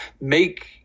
Make